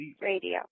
Radio